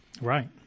Right